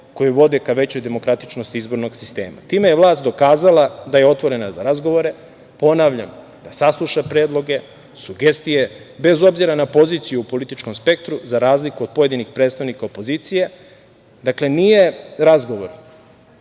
koji vode ka većoj demokratičnosti izbornog sistema. Time je vlast dokazala da je otvorena za razgovore, ponavljam, da sasluša predloge, sugestije, bez obzira na poziciju u političkom spektru, za razliku od pojedinih predstavnika opozicije. Dakle, nije razgovor